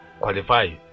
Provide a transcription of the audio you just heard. qualify